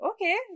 okay